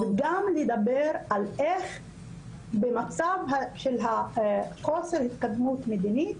גם לדבר על איך במצב של חוסר התקדמות מדינית,